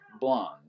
Blonde